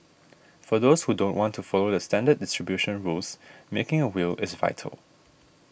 for those who don't want to follow the standard distribution rules making a will is vital